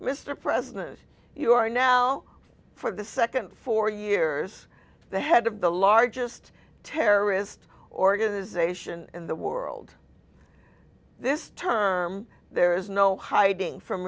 mr president you are now for the second four years the head of the largest terrorist organization in the world this term there is no hiding from